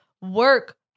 work